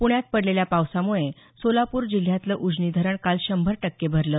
पुण्यात पडलेल्या पावसामुळे सोलापूर जिल्ह्यातलं उजनी धरण काल शंभर टक्के भरलं